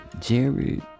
Jerry